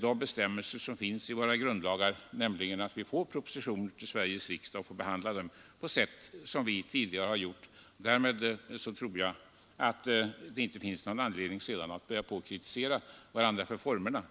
de bestämmelser som finns i våra grundlagar och som innebär att vi får propositioner till Sveriges riksdag och kan behandla dem på sätt som vi tidigare har gjort. I så fall tror jag att vi slipper att sedan kritisera varandra för formerna.